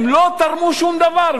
הם לא תרמו שום דבר.